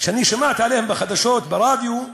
שאני שמעתי עליהם בחדשות ברדיו,